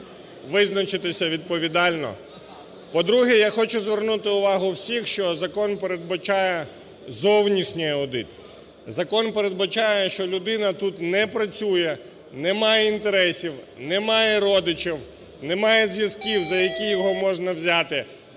визначитися відповідально. По-друге, я хочу звернути увагу всіх, що закон передбачає зовнішній аудит, закон передбачає, що людина тут не працює, немає інтересів, немає родичів, немає зв'язків, за які його можна взяти.